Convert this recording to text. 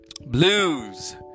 Blues